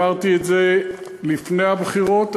ואמרתי את זה לפני הבחירות,